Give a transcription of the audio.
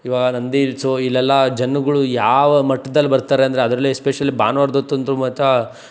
ಇವಾಗ ನಂದಿ ಇಲ್ಸು ಇಲ್ಲೆಲ್ಲ ಜನಗಳು ಯಾವ ಮಟ್ದಲ್ಲಿ ಬರ್ತಾರೆ ಅಂದರೆ ಅದ್ರಲ್ಲಿ ಎಸ್ಸ್ಪೆಶಲಿ ಭಾನ್ವಾರ್ದ ಹೊತ್ ಅಂತೂ ಮಾತ್ರ